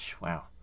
wow